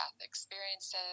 experiences